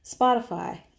Spotify